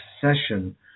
session